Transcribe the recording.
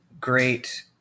great